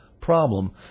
problem